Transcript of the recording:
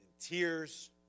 tears